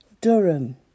Durham